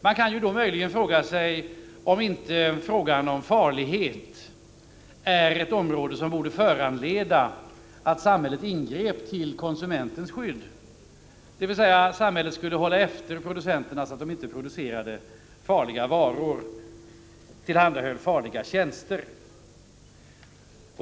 Man kan möjligen fråga sig om inte frågan om farlighet avser ett område som borde föranleda samhället att ingripa till konsumentens skydd, dvs. hålla efter producenterna så att de inte producerar farliga varor och tillhandahåller farliga tjänster.